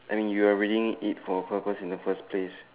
I mean you are reading it for a purpose in the first place